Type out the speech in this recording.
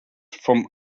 vom